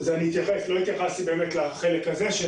לא התייחסתי באמת לחלק הזה.